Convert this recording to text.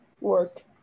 work